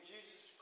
Jesus